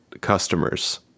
customers